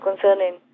concerning